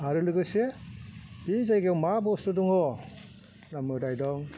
आरो लोगोसे बे जायगायाव मा बुस्थु दं ना मोदाय दं